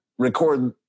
record